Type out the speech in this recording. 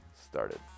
started